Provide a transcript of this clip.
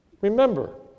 Remember